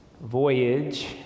voyage